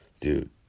dude